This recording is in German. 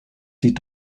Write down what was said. die